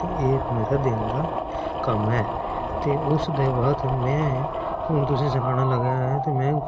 ते एह् मेरे दिन दा कम्म ऐ ते उस दे बाद में तुसें गी सुनाना लगां ऐ